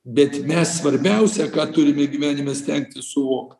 bet mes svarbiausia ką turime gyvenime stengtis suvokt